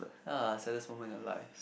uh saddest moment in your life